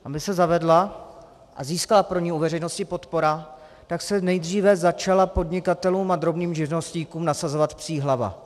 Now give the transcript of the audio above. Aby se zavedla a získala se pro ni ve veřejnosti podpora, tak se nejdříve začala podnikatelům a drobným živnostníkům nasazovat psí hlava.